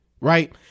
right